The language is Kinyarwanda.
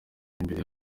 imbere